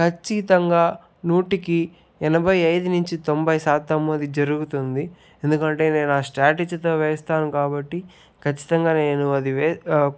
ఖచ్చితంగా నూటికి ఎనభై ఐదు నుంచి తొంభై శాతం అది జరుగుతుంది ఎందుకంటే నేను ఆ స్టేటజీ తో వేస్తాను కాబట్టి ఖచ్చితంగా నేను అది వే